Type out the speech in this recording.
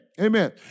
amen